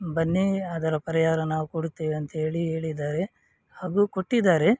ಬನ್ನಿ ಅದರ ಪರಿಹಾರ ನಾವು ಕೊಡುತ್ತೇವೆ ಅಂತೇಳಿ ಹೇಳಿದ್ದಾರೆ ಹಾಗೂ ಕೊಟ್ಟಿದ್ದಾರೆ